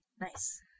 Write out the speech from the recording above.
Nice